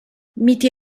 miti